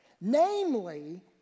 Namely